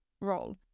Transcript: role